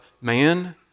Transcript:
Man